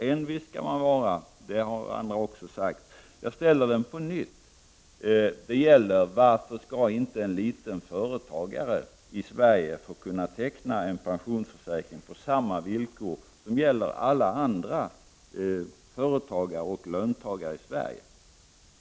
Envis skall man vara — det har andra också sagt — och jag ställer frågan på nytt: Varför skall inte en liten företagare i Sverige få teckna en pensionsförsäkring på samma villkor som gäller för alla andra företagare och löntagare i Sverige?